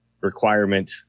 requirement